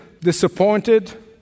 disappointed